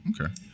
Okay